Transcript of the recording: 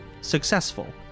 successful